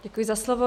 Děkuji za slovo.